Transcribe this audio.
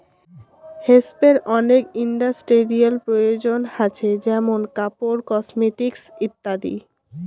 হেম্পের অনেক ইন্ডাস্ট্রিয়াল প্রয়োজন হাছে যেমন কাপড়, কসমেটিকস ইত্যাদি